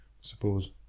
suppose